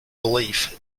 belief